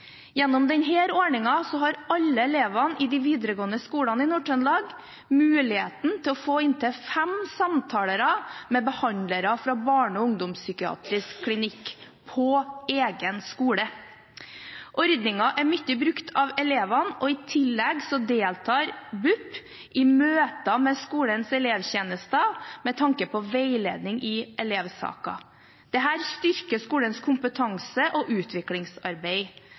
Gjennom denne ordningen har alle elevene i de videregående skolene i Nord-Trøndelag muligheten til å få inntil fem samtaler med behandlere fra Barne- og ungdomspsykiatrisk poliklinikk på egen skole. Ordningen er mye brukt av elevene, og i tillegg deltar BUP i møter med skolenes elevtjenester med tanke på veiledning i elevsaker. Dette styrker skolens kompetanse og utviklingsarbeid.